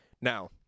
Now